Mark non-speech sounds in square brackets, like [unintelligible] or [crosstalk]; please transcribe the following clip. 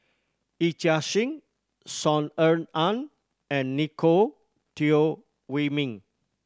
Yee Chia Hsing Saw Ean Ang and [unintelligible] Teo Wei Min